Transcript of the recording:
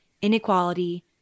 Inequality